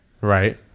Right